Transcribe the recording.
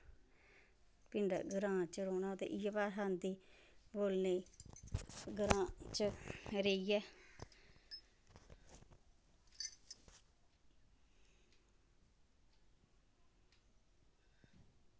पिंडै ग्रांऽ च रौह्ना होऐ ते इयै भाशा आंदी बोल नेई ग्रांऽ च रेहियै